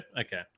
Okay